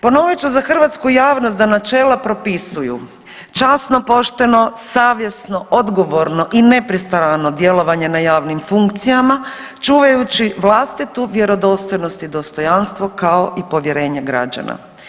Ponovit ću za hrvatsku javnost da načela propisuju časno, pošteno, savjesno, odgovorno i nepristrano djelovanje na javnim funkcijama, čuvajući vlastitu vjerodostojnost i dostojanstvo kao i povjerenje građana.